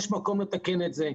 יש מקום לתקן את זה.